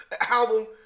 album